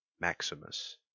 Maximus